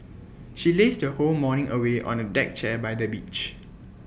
she lazed her whole morning away on A deck chair by the beach